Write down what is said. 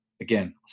again